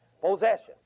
Possession